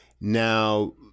now